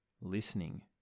listening